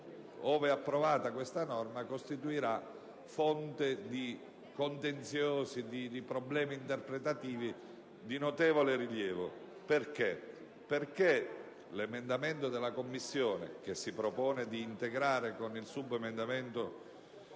ove approvata, costituirà fonte di contenzioso e di problemi interpretativi di notevole rilievo. L'emendamento della Commissione, che proponiamo di integrare con il subemendamento